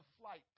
flight